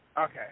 Okay